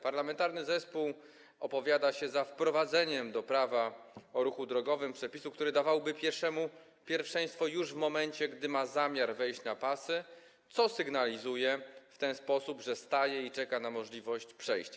Parlamentarny zespół opowiada się za wprowadzeniem do Prawa o ruchu drogowym przepisów, które dawałyby pieszemu pierwszeństwo już w momencie, gdy ma zamiar wejść na pasy, co sygnalizuje w ten sposób, że staje i czeka na możliwość przejścia.